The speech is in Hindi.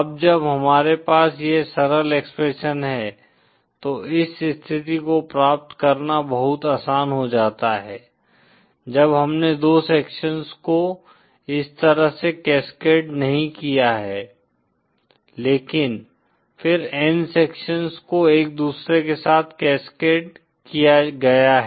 अब जब हमारे पास यह सरल एक्सप्रेशन है तो इस स्थिति को प्राप्त करना बहुत आसान हो जाता है जब हमने दो सेक्शंस को इस तरह से कैस्केड नहीं किया है लेकिन फिर n सेक्शंस को एक दूसरे के साथ कैस्केड किया गया है